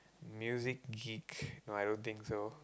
music geek no I don't think so